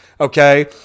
Okay